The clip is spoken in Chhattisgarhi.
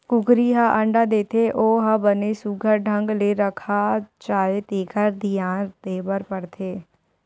कुकरी ह अंडा देथे ओ ह बने सुग्घर ढंग ले रखा जाए तेखर धियान देबर परथे